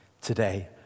today